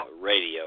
radio